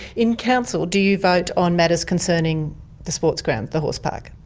in council, do you vote on matters concerning the sports ground? the horse park?